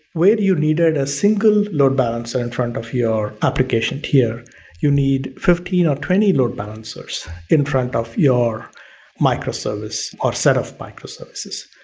where you needed a single load balancer in front of your application tier you need fifteen or twenty load balancers in front of your microservice or setup microservices.